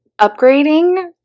upgrading